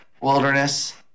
Wilderness